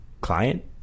client